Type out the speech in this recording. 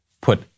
put